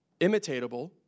imitatable